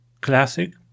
Classic